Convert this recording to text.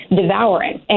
devouring